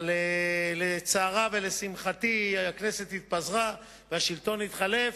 אבל לצערה, ולשמחתי, הכנסת התפזרה והשלטון התחלף.